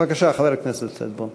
בבקשה, חבר הכנסת שטבון.